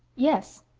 yes.